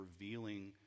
revealing